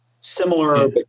similar